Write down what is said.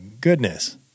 goodness